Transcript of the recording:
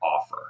offer